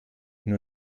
nur